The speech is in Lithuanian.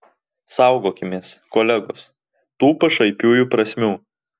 saugokimės kolegos tų pašaipiųjų prasmių